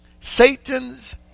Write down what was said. Satan's